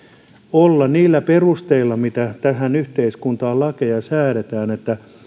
luottaa niillä perusteilla millä tähän yhteiskuntaan lakeja säädetään